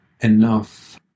enough